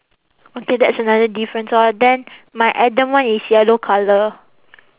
okay that's another difference orh then my other one is yellow colour